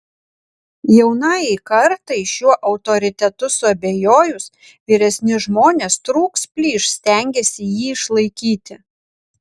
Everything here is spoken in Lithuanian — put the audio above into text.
jaunajai kartai šiuo autoritetu suabejojus vyresni žmonės trūks plyš stengiasi jį išlaikyti